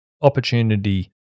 opportunity